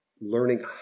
learning